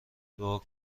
دعا